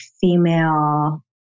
female